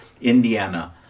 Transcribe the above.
Indiana